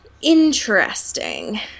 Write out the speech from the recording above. interesting